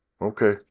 okay